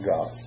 God